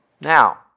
Now